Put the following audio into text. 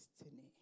destiny